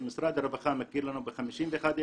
משרד הרווחה מכיר לנו ב-51,000.